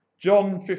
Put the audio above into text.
John